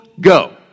go